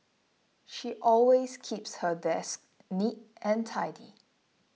she always keeps her desk neat and tidy